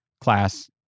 class